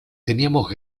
teníamos